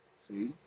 See